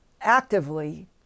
actively